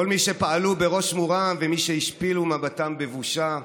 כל מי שפעלו בראש מורם ומי שהשפילו מבטם בבושה,